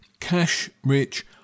cash-rich